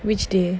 which day